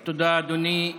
תודה, אדוני.